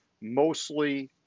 mostly